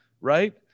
Right